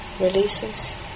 releases